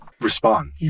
respond